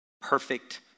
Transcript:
perfect